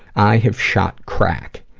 i have shot crack.